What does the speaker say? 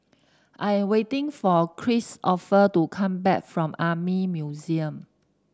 I am waiting for Kristoffer to come back from Army Museum